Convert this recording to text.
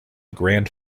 grand